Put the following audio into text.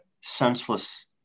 senseless